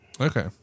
Okay